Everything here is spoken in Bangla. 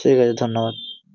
ঠিক আছে ধন্যাবাদ